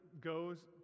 goes